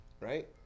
Right